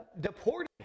deported